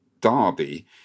Derby